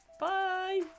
bye